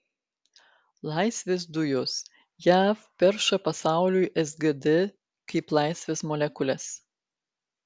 laisvės dujos jav perša pasauliui sgd kaip laisvės molekules